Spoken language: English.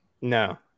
no